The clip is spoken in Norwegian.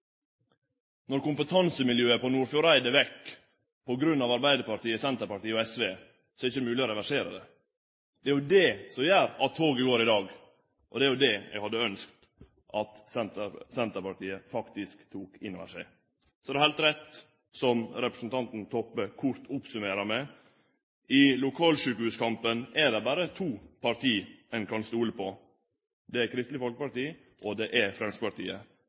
Når kompetansemiljøet på Nordfjordeid er vekk på grunn av Arbeidarpartiet, Senterpartiet og SV, er det ikkje mogleg å reversere det. Det er jo det som gjer at toget går i dag, og det er det eg hadde ønskt at Senterpartiet faktisk tok inn over seg. Så det er heilt rett som representanten Toppe kort oppsummerer med: I lokalsjukehuskampen er det berre to parti ein kan stole på. Det er Kristeleg Folkeparti, og det er